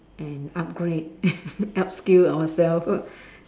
and upgrade upskill ourselves